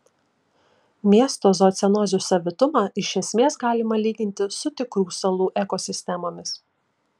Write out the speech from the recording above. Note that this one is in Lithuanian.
miesto zoocenozių savitumą iš esmės galima lyginti su tikrų salų ekosistemomis